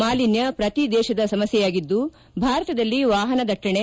ಮಾಲಿನ್ಯ ಪ್ರತಿ ದೇಶದ ಸಮಸ್ಯೆಯಾಗಿದ್ದು ಭಾರತದಲ್ಲಿ ವಾಪನ ದಟ್ಟಣೆ